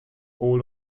all